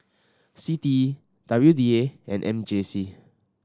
C T E W D A and M J C